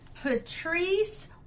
patrice